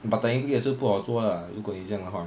but technically 也是不好做如果这样的话